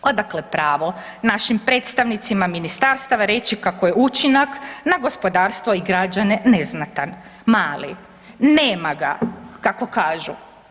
Odakle pravo našim predstavnicima ministarstava reći kako je učinak na gospodarstvo i građane neznatan, mali, nema ga kako kažu.